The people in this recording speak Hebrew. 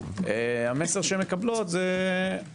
המסר שמקבלות זה נכון,